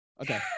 Okay